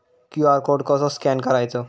QR code कसो scan करायचो?